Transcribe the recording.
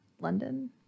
London